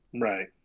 Right